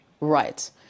Right